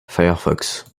firefox